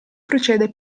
procede